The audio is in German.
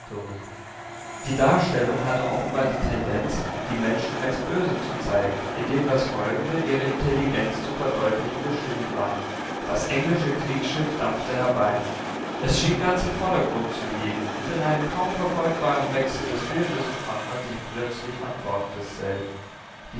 die darstellung hatte offenbar die tendenz die menschen als böse zu zeigen indem das folgende ihre intelligenz zu verdeutlichen bestimmt war das englische kriegsschiff dampfte herbei es schien ganz im vordergrund zu liegen und in einem kaum verfolgbaren wechsel des bildes befand man sich plötzlich an bord desselben